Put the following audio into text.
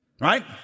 right